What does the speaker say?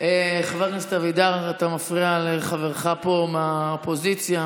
חבר הכנסת אבידר, אתה מפריע לחברך פה מהאופוזיציה,